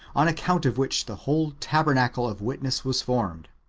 on account of which the whole tabernacle of witness was formed.